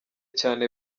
cyane